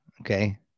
okay